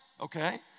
okay